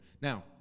Now